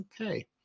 Okay